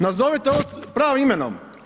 Nazovite ovo pravim imenom.